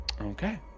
Okay